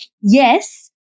Yes